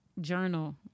journal